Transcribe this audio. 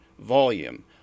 volume